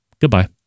Goodbye